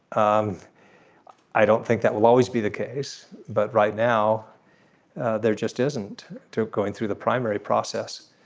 um i don't think that will always be the case. but right now there just isn't too going through the primary process.